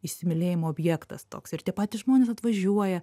įsimylėjimo objektas toks ir tie patys žmonės atvažiuoja